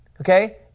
Okay